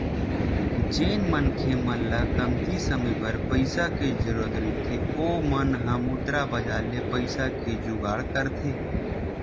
जेन मनखे मन ल कमती समे बर पइसा के जरुरत रहिथे ओ मन ह मुद्रा बजार ले पइसा के जुगाड़ करथे